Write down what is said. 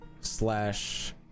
slash